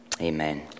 Amen